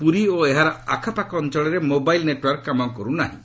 ପୁରୀ ଓ ଏହାର ଆଖପାଖ ଅଞ୍ଚଳରେ ମୋବାଇଲ୍ ନେଟ୍ୱର୍କ କାମ କରୁ ନାହିଁ